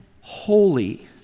holy